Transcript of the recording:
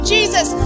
Jesus